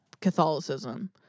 Catholicism